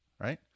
right